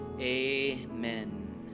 amen